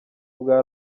bwa